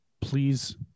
Please